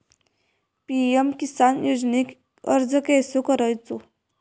PM Kisan योजनेक अर्ज कसो करायचो?